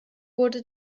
wurde